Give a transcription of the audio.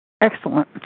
Excellent